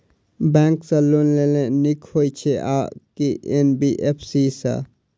Bank सँ loan लेनाय नीक होइ छै आ की एन.बी.एफ.सी सँ?